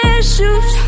issues